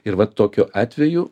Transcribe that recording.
ir va tokiu atveju